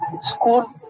school